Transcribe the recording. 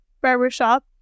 barbershop